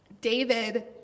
David